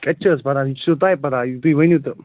کَتہِ چھِ حظ پتہ یہِ چھُو تۄہہِ پتہ یہِ تُہۍ ؤنِو تہٕ